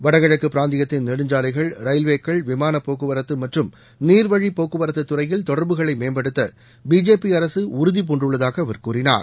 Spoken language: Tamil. வடகிழக்கு பிராந்தியத்தின் நெடுஞ்சாலைகள் ரயில்வேக்கள் விமானப்போக்குவரத்து மற்றும் நீர்வழிப்போக்குவரத்து துறையில் தொடர்புகளை மேம்படுத்த பிஜேபி அரசு உறுதிபூண்டுள்ளதாக அவர் கூறினார்